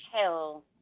hell